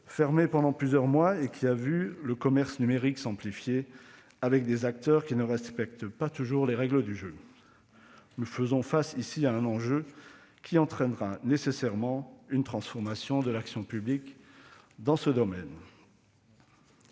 fermé pendant plusieurs mois et qui a vu le commerce numérique s'amplifier, avec des acteurs qui ne respectent pas toujours les règles du jeu. Nous faisons face ici à un enjeu qui entraînera nécessairement une transformation de l'action publique dans ce domaine.